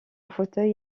fauteuil